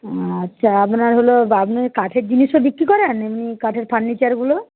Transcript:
আচ্ছা আপনার হলো আপনি কাঠের জিনিসও বিক্রি করেন এমনি কাঠের ফার্নিচারগুলো